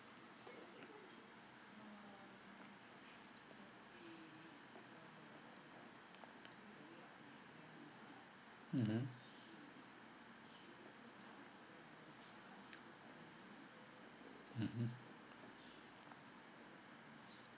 mmhmm mmhmm